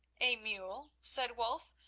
a mule? said wulf.